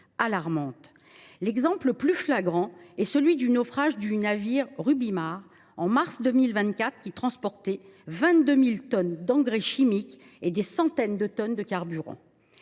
L’exemple le plus flagrant est celui du naufrage du navire en mars 2024, qui transportait 22 000 tonnes d’engrais chimiques et des centaines de tonnes de carburant.